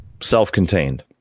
self-contained